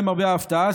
למרבה ההפתעה,